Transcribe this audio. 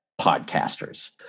podcasters